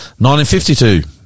1952